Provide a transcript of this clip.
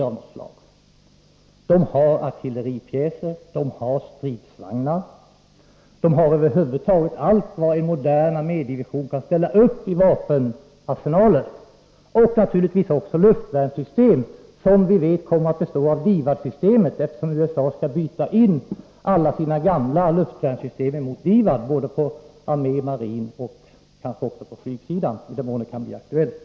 I vapenarsenalen ingår artilleripjäser, stridsvagnar — över huvud taget allt vad en modern armédivision kan ställa upp — och naturligtvis också luftvärnssystem, som vi vet kommer att bestå av DIVAD-systemet, eftersom USA skall byta ut alla sina gamla luftvärnssystem mot DIVAD på armé och marinsidan och kanske också på flygsidan i den mån det kan bli aktuellt.